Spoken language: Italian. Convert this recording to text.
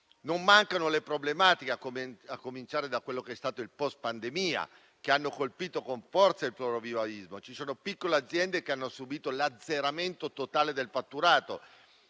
Non mancano le problematiche, a cominciare da quello che è stato il post-pandemia, che hanno colpito con forza il florovivaismo. Ci sono piccole aziende che hanno subito l'azzeramento totale del fatturato,